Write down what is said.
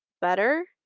better